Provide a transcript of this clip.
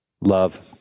Love